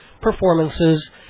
performances